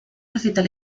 recital